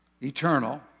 eternal